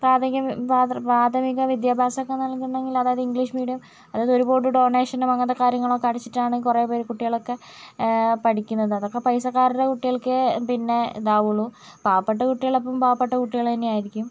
പ്രാതക്യ പാതൃ പ്രാഥമിക വിദ്യാഭ്യാസമൊക്കെ നൽകുന്നെങ്കിൽ അതായത് ഇംഗ്ലീഷ് മീഡിയം അതായത് ഒരുപാട് ഡോനേഷനും അങ്ങനത്തെ കാര്യങ്ങൾ ഒക്കെ അടച്ചിട്ടാണ് കുറേപേർ കുട്ടികളൊക്കെ പഠിക്കുന്നത് അതൊക്കെ പൈസക്കാരുടെ കുട്ടികൾക്കെ പിന്നെ ഇതാവുള്ളൂ പാവപ്പെട്ട കുട്ടികൾ അപ്പം പാവപ്പെട്ട കുട്ടികൾ തന്നെ ആയിരിക്കും